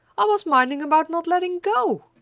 i was minding about not letting go.